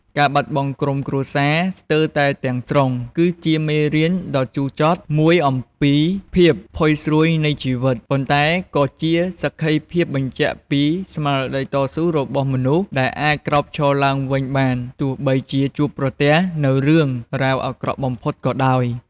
ការបាត់បង់ក្រុមគ្រួសារស្ទើរតែទាំងស្រុង គឺជាមេរៀនដ៏ជូរចត់មួយអំពីភាពផុយស្រួយនៃជីវិត ប៉ុន្តែក៏ជាសក្ខីភាពបញ្ជាក់ពី ស្មារតីតស៊ូរបស់មនុស្ស ដែលអាចក្រោកឈរឡើងវិញបាន បើទោះជាជួបប្រទះនូវរឿងរ៉ាវអាក្រក់បំផុតក៏ដោយ។